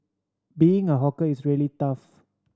being a hawker is really tough